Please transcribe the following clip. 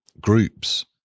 groups